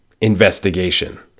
investigation